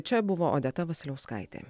čia buvo odeta vasiliauskaitė